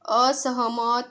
असहमत